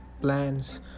plans